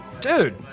dude